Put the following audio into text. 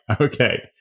Okay